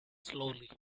slowly